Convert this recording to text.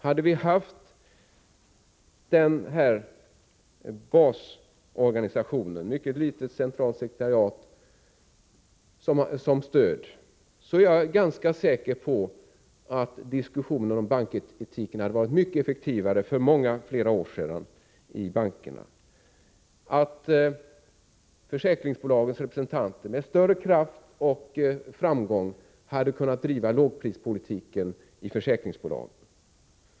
Hade vi haft en basorganisation, ett litet centralt sekretariat, såsom stöd, är jag ganska säker på att diskussionen om banketiken varit mycket effektivare för många år sedan och att representanterna i försäkringsbolagen med större kraft och framgång hade kunnat driva en lågprispolitik i försäkringsbolagen.